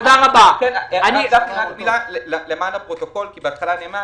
למען הפרוטוקול בהתחלה נאמר